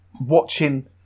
watching